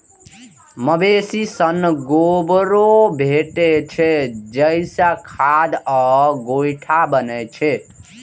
मवेशी सं गोबरो भेटै छै, जइसे खाद आ गोइठा बनै छै